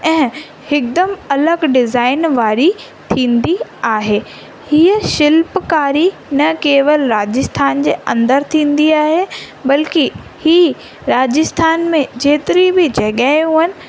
ऐं हिकदमि अलॻि डिज़ाइन वारी थींदी आहे हीअ शिल्पकारी न केवल राजस्थान जे अंदरि थींदी आहे बल्कि हीउ राजस्थान में जेतिरी बि जॻहियूं आहिनि